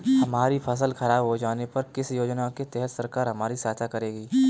हमारी फसल खराब हो जाने पर किस योजना के तहत सरकार हमारी सहायता करेगी?